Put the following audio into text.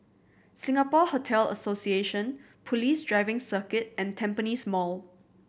Singapore Hotel Association Police Driving Circuit and Tampines Mall